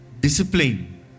Discipline